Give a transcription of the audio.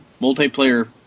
multiplayer